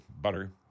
butter